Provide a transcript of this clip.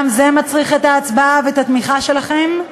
גם זה מצריך את ההצבעה ואת התמיכה שלכם.